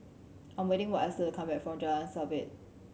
I'm waiting for Esther to come back from Jalan Sabit